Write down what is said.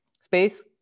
Space